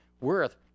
worth